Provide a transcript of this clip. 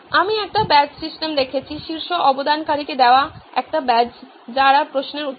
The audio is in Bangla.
আমি একটি ব্যাজ সিস্টেম দেখেছি শীর্ষ অবদানকারীকে দেওয়া একটি ব্যাজ যারা প্রশ্নের উত্তর দেয়